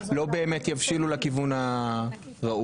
לא באמת יבשילו לכיוון הראוי?